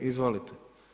Izvolite.